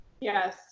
Yes